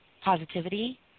positivity